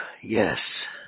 yes